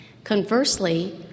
Conversely